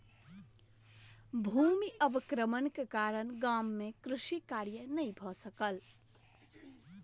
भूमि अवक्रमण के कारण गाम मे कृषि कार्य नै भ सकल